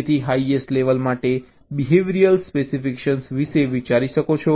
તેથી highest level તમે behavioural specification વિશે વિચારી શકો છો